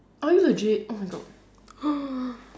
are you legit oh my god